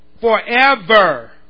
Forever